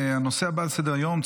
הנושא הבא על סדר-היום,